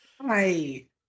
Hi